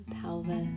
pelvis